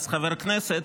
אז חבר כנסת,